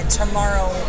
tomorrow